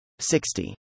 60